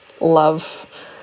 love